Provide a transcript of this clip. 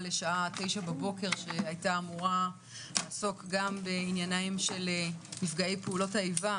לשעה 9:00 בבוקר שהייתה אמורה לעסוק גם בעניינם של נפגעי פעולות האיבה